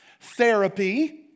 therapy